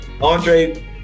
Andre